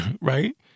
Right